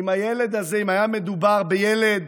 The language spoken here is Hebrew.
אם היה מדובר בילד